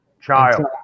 Child